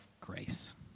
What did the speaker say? grace